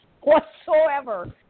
whatsoever